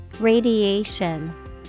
Radiation